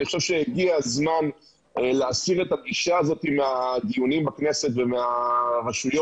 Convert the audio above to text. אני חושב שהגיע הזמן להסיר את הגישה הזאת מהדיונים בכנסת ומהרשויות.